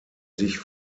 sich